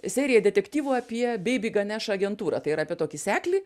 seriją detektyvų apie beiby ganeš agentūrą tai yra apie tokį seklį